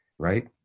Right